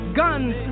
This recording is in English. guns